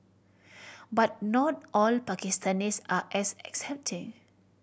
but not all Pakistanis are as accepting